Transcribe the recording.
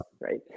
right